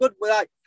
good